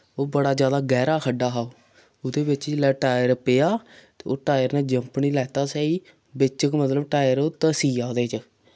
ओह् बड़ा जैदा गैह्रा खड्डा हा उ'दे बिच जेल्लै टैर पेआ ते ओह् टायर नै जम्प निं लैता स्हेई बिच गै मतलब टायर ओ धंसिया ओह्दे च